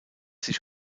sich